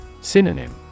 Synonym